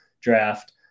draft